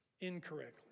incorrectly